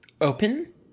open